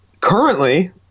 Currently